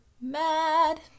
mad